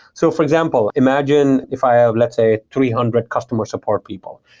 so for example, imagine if i have let's say three hundred customer support people,